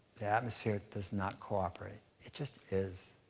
the atmosphere does not cooperate. it just is.